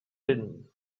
din